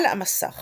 על המסך